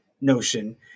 notion